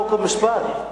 חוק ומשפט,